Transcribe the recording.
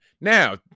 Now